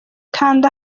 kanda